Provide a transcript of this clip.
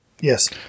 Yes